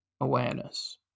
awareness